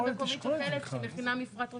המקומית שוקלת כשהיא מכינה מפרט רשותי.